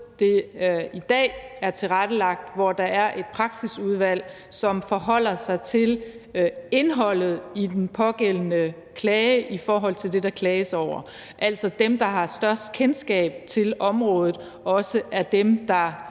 det i dag er tilrettelagt på, hvor der er et praksisudvalg, som forholder sig til indholdet i den pågældende klage i forhold til det, der klages over – altså dem, der har størst kendskab til området, også er dem, og